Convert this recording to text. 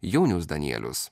jaunius danielius